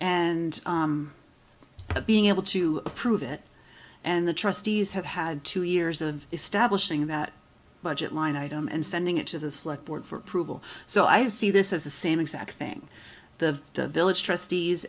and being able to approve it and the trustees have had two years of establishing that budget line item and sending it to the select board for proving so i see this is the same exact thing the village trustees